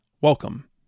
welcome